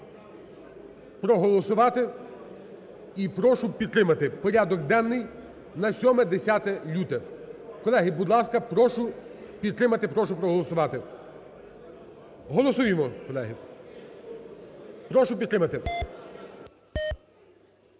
прошу проголосувати і прошу підтримати порядок денний на 7-10 лютого. Колеги, будь ласка, прошу підтримати і прошу проголосувати. Голосуємо, колеги, прошу підтримати.